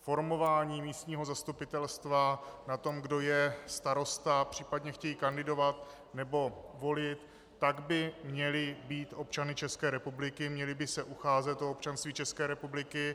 formování místního zastupitelstva, na tom, kdo je starosta, případně chtějí kandidovat nebo volit, by měli být občany České republiky, měli by se ucházet o občanství České republiky.